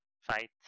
fight